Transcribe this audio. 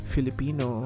Filipino